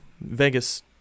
Vegas